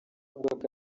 ubwo